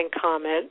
comment